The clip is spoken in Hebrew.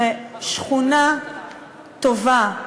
כי שכונה טובה,